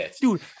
Dude